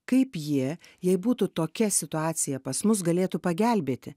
kaip ji jei būtų tokia situacija pas mus galėtų pagelbėti